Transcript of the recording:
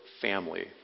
family